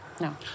No